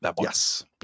Yes